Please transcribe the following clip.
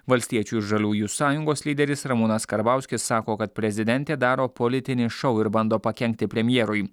valstiečių ir žaliųjų sąjungos lyderis ramūnas karbauskis sako kad prezidentė daro politinį šou ir bando pakenkti premjerui